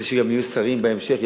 אלה שגם יהיו שרים בהמשך,